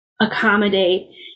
accommodate